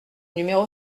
numéro